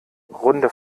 runde